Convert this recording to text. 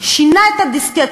שינה את הדיסקט,